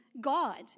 God